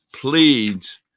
pleads